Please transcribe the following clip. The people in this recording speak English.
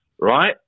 right